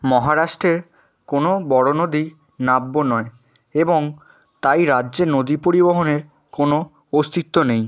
মহারাষ্ট্রে কোনো বড় নদীই নাব্য নয় এবং তাই রাজ্যে নদী পরিবহণের কোনো অস্তিত্ব নেই